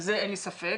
וזה אין לי ספק,